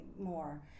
more